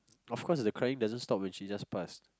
of course the crying doesn't stop when she just passed